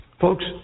Folks